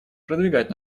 продвигать